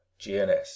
GNS